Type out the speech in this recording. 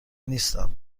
نیستم